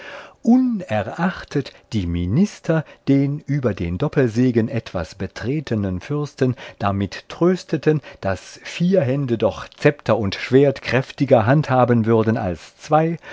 unerachtet die minister den über den doppelsegen etwas betretenen fürsten damit trösteten daß vier hände doch zepter und schwert kräftiger handhaben würden als zwei